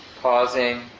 pausing